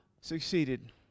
succeeded